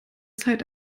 zeit